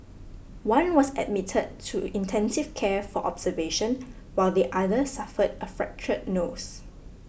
one was admitted to intensive care for observation while the other suffered a fractured nose